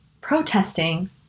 protesting